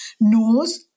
knows